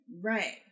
Right